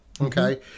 Okay